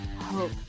hope